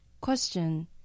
Question